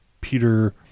peter